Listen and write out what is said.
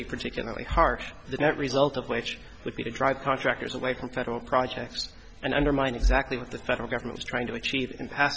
be particularly harsh the net result of which would be to drive contractors away from federal projects and undermine exactly what the federal government is trying to achieve i